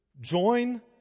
join